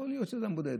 יכול להיות שזה אדם בודד,